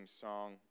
song